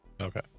okay